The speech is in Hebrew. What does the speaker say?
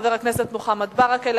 חבר הכנסת מוחמד ברכה,